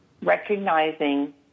recognizing